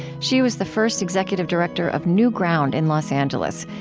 she was the first executive director of newground in los angeles,